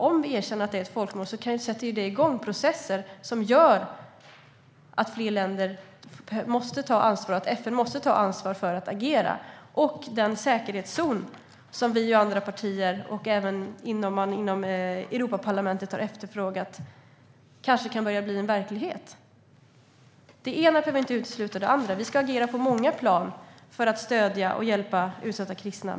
Om vi erkänner att det är ett folkmord sätter det igång processer som gör att FN måste ta ansvar för att agera. Och den säkerhetszon som vi och andra partier, även inom Europaparlamentet, har efterfrågat kanske kan börja bli verklighet. Det ena behöver inte utesluta det andra. Vi ska agera på många plan för att stödja och hjälpa utsatta kristna.